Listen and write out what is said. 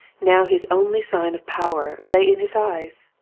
now his only sign of power lay in his eyes,